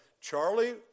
Charlie